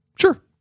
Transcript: sure